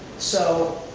so,